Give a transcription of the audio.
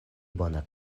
bona